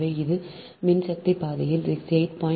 எனவே இது மின்சக்தி பாதியில் 8